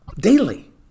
daily